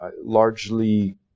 largely